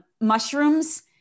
mushrooms